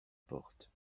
porte